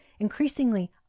increasingly